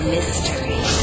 Mystery